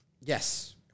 Yes